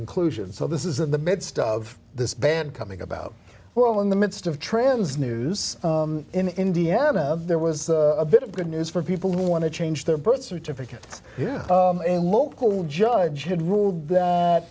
inclusion so this is in the midst of this band coming about well in the midst of trans news in indiana of there was a bit of good news for people who want to change their birth certificates and local judge had ruled that